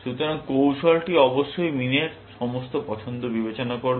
সুতরাং কৌশলটি অবশ্যই মিন এর সমস্ত পছন্দ বিবেচনা করবে